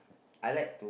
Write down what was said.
I like